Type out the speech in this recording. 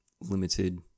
limited